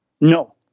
no